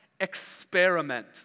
experiment